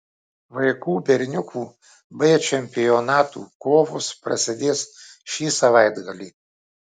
vaikų berniukų b čempionato kovos prasidės šį savaitgalį